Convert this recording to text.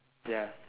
ya